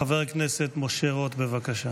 חבר הכנסת משה רוט, בבקשה,